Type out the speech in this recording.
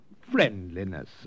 friendliness